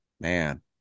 man